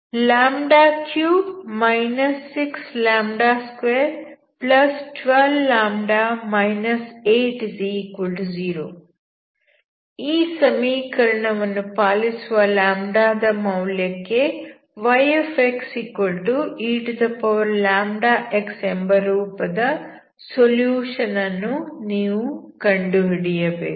3 6212λ 80 ಈ ಸಮೀಕರಣವನ್ನು ಪಾಲಿಸುವ ದ ಮೌಲ್ಯಕ್ಕೆ yxeλx ಎಂಬ ರೂಪದ ಸೊಲ್ಯೂಷನ್ ಅನ್ನು ನೀವು ಕಂಡುಹಿಡಿಯಬೇಕು